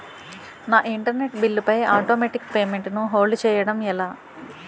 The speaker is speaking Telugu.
నా ఇంటర్నెట్ బిల్లు పై ఆటోమేటిక్ పేమెంట్ ను హోల్డ్ చేయటం ఎలా?